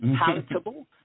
palatable